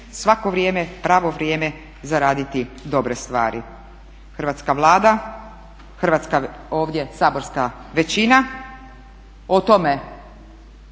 svako vrijeme pravo vrijeme za raditi dobre stvari. Hrvatska Vlada, hrvatska ovdje saborska većina o tome